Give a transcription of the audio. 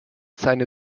seine